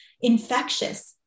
infectious